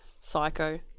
psycho